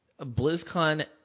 BlizzCon